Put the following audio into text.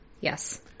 Yes